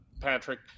Patrick